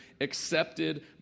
accepted